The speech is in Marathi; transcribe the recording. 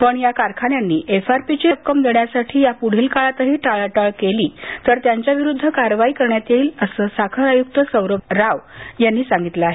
पण या कारखान्यांनी एफ आर पी देण्यासाठी यापुढील काळातही टाळाटाळ केली तर त्यांच्याविरुद्ध कारवाई करण्यात येईल असं साखर आयुक्त सौरभ राव यांनी सांगितलं आहे